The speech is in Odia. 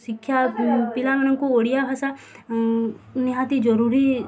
ଶିକ୍ଷା ପିଲାମାନଙ୍କୁ ଓଡ଼ିଆ ଭାଷା ନିହାତି ଜରୁରୀ